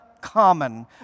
common